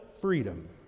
freedom